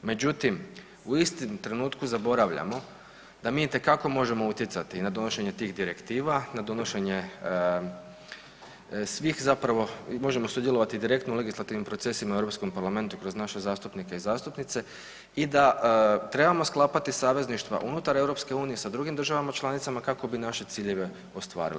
Međutim, u istom trenutku zaboravljamo da mi itekako možemo utjecati na donošenje tih direktiva, na donošenje svih zapravo, mi možemo sudjelovati direktno u legislativnim procesima u Europskom parlamentu kroz naše zastupnike i zastupnice i da trebamo sklapati savezništva unutar EU sa drugim državama članicama kako bi naše ciljeve ostvarili.